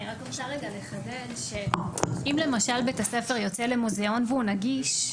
אני רק רוצה לחדד שאם למשל בית הספר יוצא למוזיאון והוא נגיש,